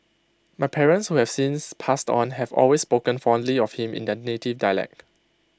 my parents who have since passed on have always spoken fondly of him in their native dialect